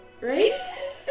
right